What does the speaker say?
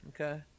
okay